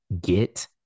get